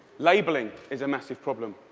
labeling is a massive problem.